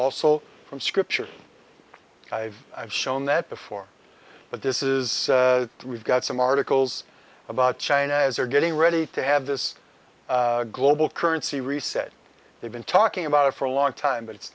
also from scripture i've shown that before but this is we've got some articles about china as they're getting ready to have this global currency reset they've been talking about it for a long time but it's